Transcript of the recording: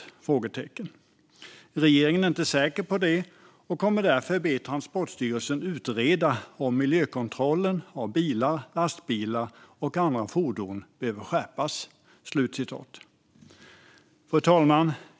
Eftersom regeringen inte är säker på det kommer man att be Transportstyrelsen att utreda om miljökontrollen av bilar, lastbilar och andra fordon behöver skärpas. Fru talman!